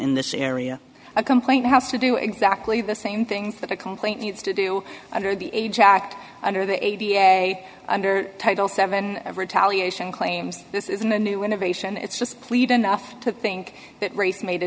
in this area a complaint has to do exactly the same things that a complaint needs to do under the age act under the a p a under title seven of retaliation claims this isn't a new innovation it's just plead enough to think that race made a